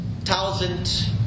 thousand